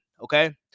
Okay